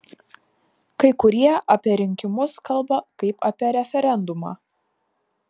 kai kurie apie rinkimus kalba kaip apie referendumą